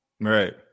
right